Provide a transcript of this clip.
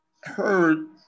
heard